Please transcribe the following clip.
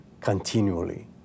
continually